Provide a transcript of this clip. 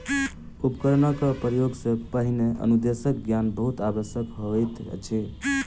उपकरणक उपयोग सॅ पहिने अनुदेशक ज्ञान बहुत आवश्यक होइत अछि